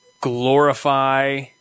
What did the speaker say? glorify